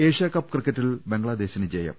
Asia cup ക്രിക്കറ്റിൽ ബംഗ്ലാദേശിന് ജയം